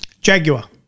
Jaguar